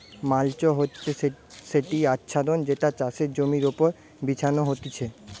mulch হচ্ছে সেটি আচ্ছাদন যেটা চাষের জমির ওপর বিছানো হতিছে